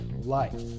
life